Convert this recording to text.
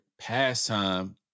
pastime